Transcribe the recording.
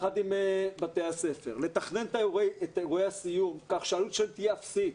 את אירועי הסיום כך שהעלות שלהם תהיה אפסית,